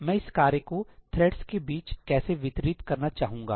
मैं इस कार्य को थ्रेड्स के बीच कैसे वितरित करना चाहूंगा